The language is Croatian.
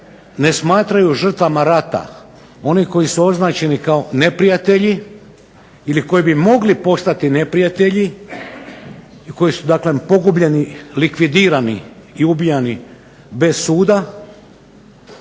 ne smatraju žrtvama rata, oni koji su označeni kao neprijatelji ili koji bi mogli postati neprijatelji i koji su dakle pogubljeni, likvidirani i ubijani bez suda,